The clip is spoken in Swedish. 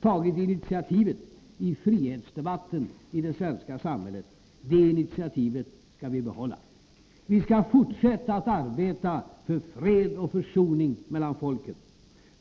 tagit initiativet i frihetsdebatten i det svenska samhället. Det initiativet skall vi behålla. Vi skall fortsätta att arbeta för fred och försoning mellan folken.